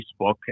Facebook